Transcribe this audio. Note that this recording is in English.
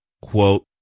quote